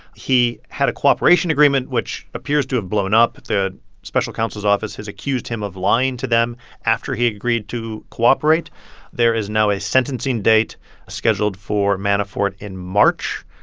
he had a cooperation agreement, which appears to have blown up. the special counsel's office has accused him of lying to them after he agreed to cooperate there is now a sentencing date scheduled for manafort in march.